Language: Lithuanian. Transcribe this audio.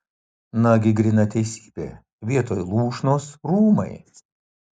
nagi gryna teisybė vietoj lūšnos rūmai